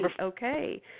okay